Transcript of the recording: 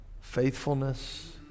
faithfulness